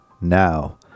now